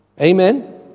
Amen